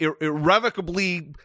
irrevocably